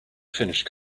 finished